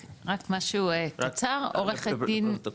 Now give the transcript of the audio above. בבקשה.